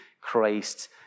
Christ